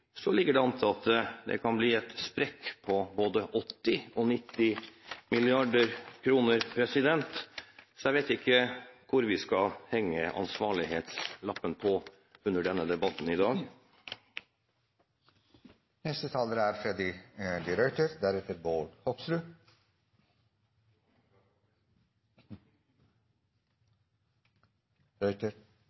så ligger det an til at det kan bli en sprekk på både 80 og 90 mrd. kr. Så jeg vet ikke hvor vi skal henge ansvarlighetslappen under denne debatten i dag.